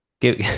Give